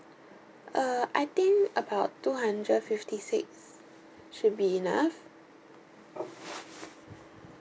uh I think about two hundred fifty six should be enough